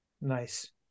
Nice